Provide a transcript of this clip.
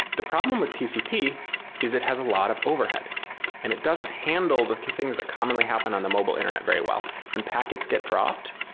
the problem with tcp is it has a lot of overhead and it doesn't handle the key things that commonly happen on the mobile internet very well. when packets get dropped,